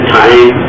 time